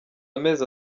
amezi